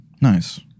Nice